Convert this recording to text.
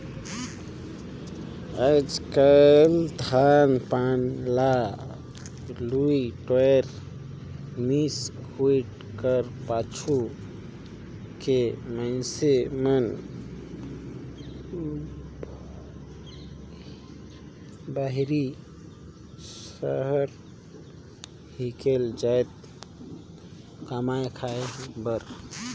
आएज काएल धान पान ल लुए टोरे, मिस कुइट कर पाछू के मइनसे मन बाहिर सहर हिकेल जाथे कमाए खाए बर